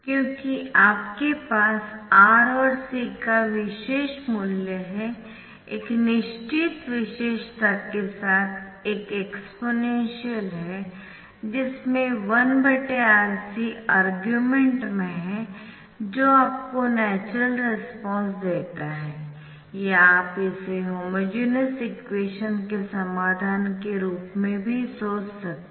क्योंकि आपके पास R और C का विशेष मूल्य है एक निश्चित विशेषता के साथ एक एक्सपोनेंशियल है जिसमे 1RC आर्गुमेंट में है जो आपको नैचरल रेस्पॉन्स देता है या आप इसे होमोजेनियस इक्वेशन के समाधान के रूप में भी सोच सकते है